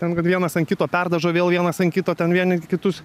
ten kad vienas ant kito perdažo vėl vienas ant kito ten vieni kitus